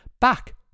back